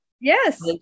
yes